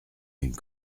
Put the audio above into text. une